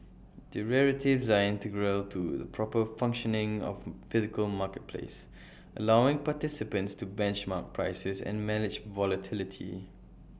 derivatives are integral to the proper functioning of the physical marketplace allowing participants to benchmark prices and manage volatility